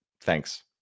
Thanks